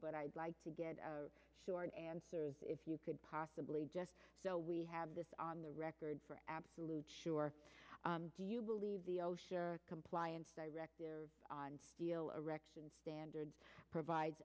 but i'd like to get a short answer if you could possibly just so we have this on the record for absolute sure do you believe the oh sure compliance director on steel erection standards provides